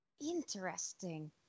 Interesting